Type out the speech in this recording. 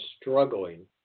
struggling